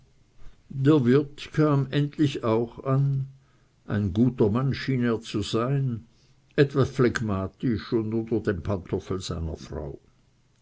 der wirt kam endlich auch ein guter mann schien er zu sein etwas phlegmatisch und unter dem pantoffel seiner frau